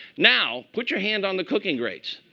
now, put your hand on the cooking grates.